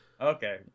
okay